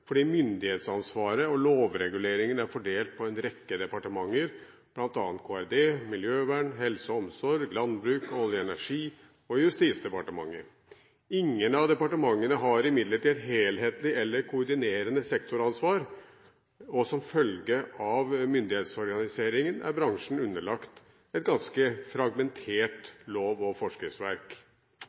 fordi myndighetsansvaret og lovreguleringen er fordelt på en rekke departementer, bl.a. Kommunal- og regionaldepartementet, Miljøverndepartementet, Helse- og omsorgsdepartementet, Landbruks- og matdepartementet, Olje- og energidepartementet og Justis- og beredskapsdepartementet. Ingen av departementene har imidlertid helhetlig eller koordinerende sektoransvar, og som følge av myndighetsorganiseringen er bransjen underlagt et ganske fragmentert lov- og forskriftsverk.